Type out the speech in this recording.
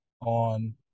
on